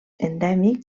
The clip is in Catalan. endèmic